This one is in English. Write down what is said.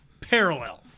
parallel